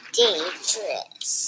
dangerous